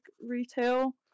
retail